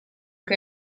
che